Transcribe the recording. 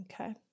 Okay